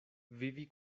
vivi